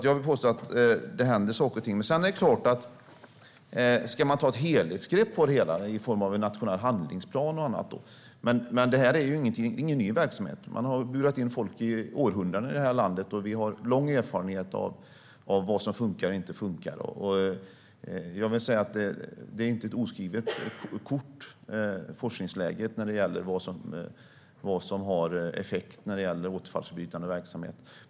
Jag vill påstå att det händer saker och ting, men det är klart att det är en annan sak om man ska ta ett helhetsgrepp i form av en nationell handlingsplan. Det här är ingen ny verksamhet. Man har burat in folk i århundraden i det här landet, och vi har lång erfarenhet av vad som funkar och inte funkar. Forskningsläget är inte ett oskrivet blad när det gäller vad som har effekt på återfallsförbrytande verksamhet.